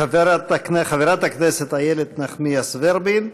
חברת הכנסת איילת נחמיאס ורבין,